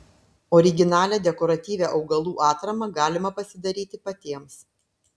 originalią dekoratyvią augalų atramą galima pasidaryti patiems